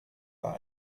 war